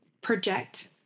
project